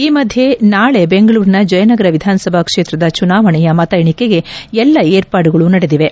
ಈ ಮಧ್ಯೆ ನಾಳೆ ಬೆಂಗಳೂರಿನ ಜಯನಗರ ವಿಧಾನಸಭಾ ಕ್ಷೇತ್ರದ ಚುನಾವಣೆಯ ಮತಎಣಿಕೆಗೆ ಎಲ್ಲಾ ವಿರ್ಪಾಡುಗಳು ನಡೆದಿವೆ